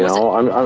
on.